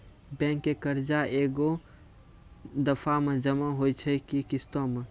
Bank के कर्जा ऐकै दफ़ा मे जमा होय छै कि किस्तो मे?